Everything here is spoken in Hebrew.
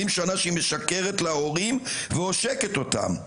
שנה שהיא משקרת להורים ועושקת אותם.